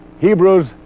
hebrews